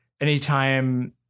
Anytime